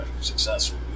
successful